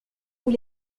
pour